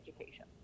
education